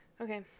okay